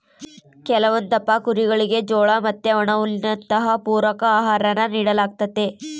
ಕೆಲವೊಂದಪ್ಪ ಕುರಿಗುಳಿಗೆ ಜೋಳ ಮತ್ತೆ ಒಣಹುಲ್ಲಿನಂತವು ಪೂರಕ ಆಹಾರಾನ ನೀಡಲಾಗ್ತತೆ